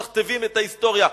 משכתבים את ההיסטוריה,